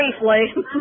briefly